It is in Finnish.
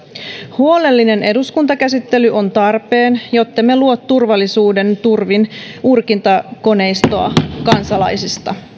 huolellinen eduskuntakäsittely on tarpeen jottemme luo turvallisuuden turvin kansalaisten urkintakoneistoa